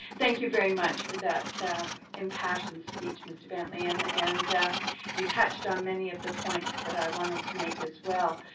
thank you very much for that impassioned speak, mr. bentley, and and you touched on many of the points that i wanted to make as well.